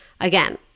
again